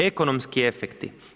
Ekonomski efekti.